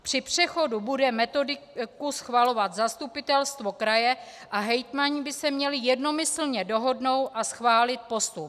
Při přechodu bude metodiku schvalovat zastupitelstvo kraje a hejtmani by se měli jednomyslně dohodnout a schválit postup.